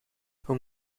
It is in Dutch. hoe